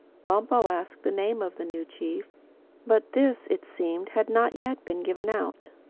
bumpo asked the name of the new chief but this, it seemed, had not yet been given out.